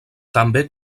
també